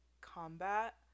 combat